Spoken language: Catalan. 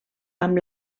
amb